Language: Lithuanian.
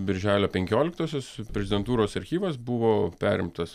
birželio penkioliktosios prezidentūros archyvas buvo perimtas